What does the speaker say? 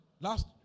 Last